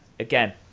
Again